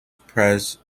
perce